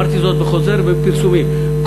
אמרתי זאת בחוזר ובפרסומים,